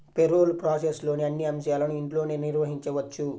payroll ప్రాసెస్లోని అన్ని అంశాలను ఇంట్లోనే నిర్వహించవచ్చు